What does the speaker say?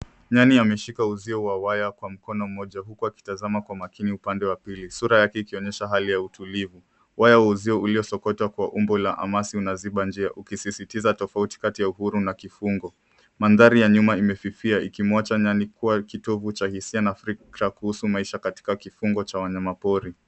Nyani ameshika uzio wa waya kwa mkono mmoja huku akitazama kwa makini upande wa pili, sura yake ikionyesha hali ya utulivu. Waya wa uzio uliosokotwa kwa umbo la amasi unaziba njia ukisisistiza tofauti kati ya uhuru na kifungo .Mandhari ya nyuma imefifia ikimwacha nyani kuwa kitovu cha hisia na fikra kuhusu maisha katika kifungo cha wanyama pori.